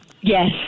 Yes